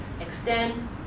Extend